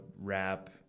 rap